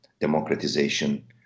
democratization